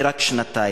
היא רק שנתיים,